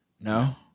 no